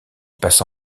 passa